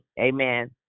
Amen